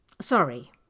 Sorry